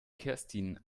kerstin